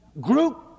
group